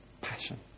passion